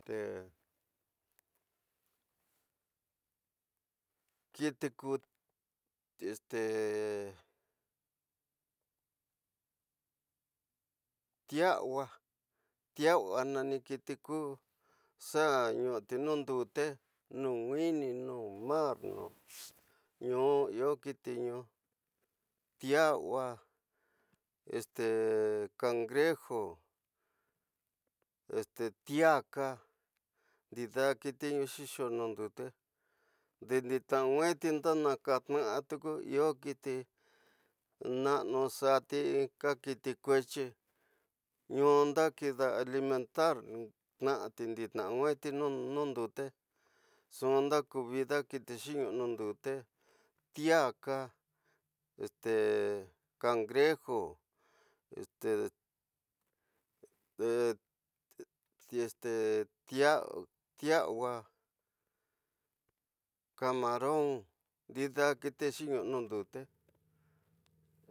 Teé kiti ku ti’awa, ti’awa maniñi tiku xa ñuuti nu ndute, nu nwini, nu mar no, ñu iyo kiti ñu ti’awa cangrejo, ete traka, ndida kiti ñu xi xa ñu ndute mindi ti’ara nweti nandaka tiku ñu iyo ñuti nasanu xakati inka kiti kutyi ñu ñunda kida alimentar tiñati ndtiña ñu ñunda ndute nxu na ku vida kiti xi’i ñu nu ndute ti’aka, cangrejo, ti’awa camaron, ndida kiti xi’i iyo nu ndute